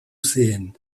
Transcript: sehen